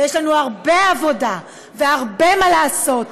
ויש לנו הרבה עבודה והרבה מה לעשות,